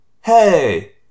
Hey